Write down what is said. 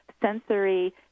sensory